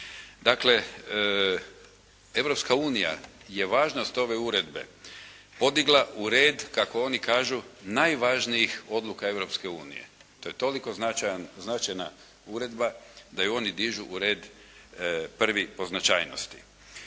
Dakle Europska unija je važnost ove uredbe podigla u red kako oni kažu, najvažnijih odluka Europske unije. To je toliko značajna uredba da ju oni dižu u red prvi po značajnosti.